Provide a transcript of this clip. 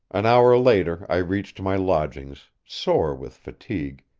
an hour later i reached my lodgings, sore with fatigue,